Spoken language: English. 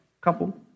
couple